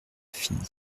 fille